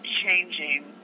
changing